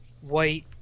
white